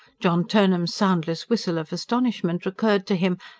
john turnham's soundless whistle of astonishment recurred to him,